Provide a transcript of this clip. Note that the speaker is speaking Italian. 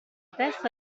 testa